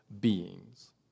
beings